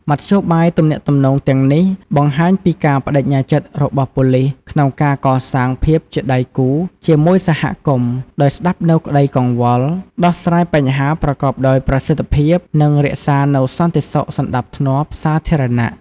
មធ្យោបាយទំនាក់ទំនងទាំងនេះ បង្ហាញពីការប្តេជ្ញាចិត្តរបស់ប៉ូលីសក្នុងការកសាងភាពជាដៃគូជាមួយសហគមន៍ ដោយស្តាប់នូវក្តីកង្វល់ ដោះស្រាយបញ្ហាប្រកបដោយប្រសិទ្ធភាព និងរក្សានូវសន្តិសុខសណ្តាប់ធ្នាប់សាធារណៈ។